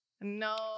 No